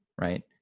right